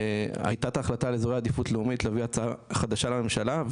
הייתה את ההחלטה על אזורי עדיפות לאומית להביא הצעה חדשה לממשלה,